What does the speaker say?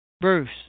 Bruce